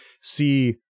see